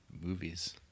movies